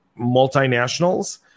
multinationals